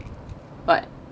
what